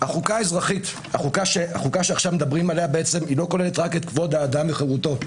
החוקה שמדברים עליה עכשיו לא כוללת רק את כבוד האדם וחירותו.